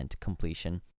completion